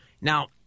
Now